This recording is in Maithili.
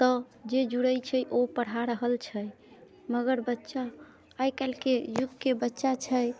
तऽ जे जुड़े छै ओ पढ़ा रहल छै मगर बच्चा आइ काल्हिके युगके बच्चा छै